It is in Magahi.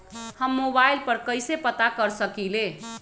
हम मोबाइल पर कईसे पता कर सकींले?